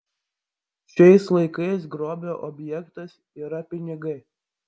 šiais laikais grobio objektas yra pinigai